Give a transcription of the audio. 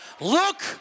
Look